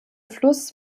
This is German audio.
fluss